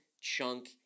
chunk